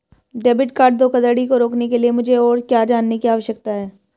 Debit card धोखाधड़ी को रोकने के लिए मुझे और क्या जानने की आवश्यकता है?